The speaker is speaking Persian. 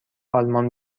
آلمان